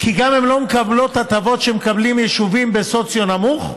כי הן גם לא מקבלות הטבות שמקבלים יישובים בסוציו נמוך,